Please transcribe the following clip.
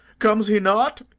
comes he not?